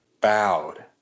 bowed